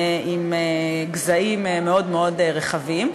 עם גזעים מאוד מאוד רחבים,